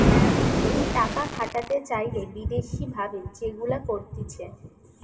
টাকা খাটাতে চাইলে বিদেশি ভাবে যেগুলা করতিছে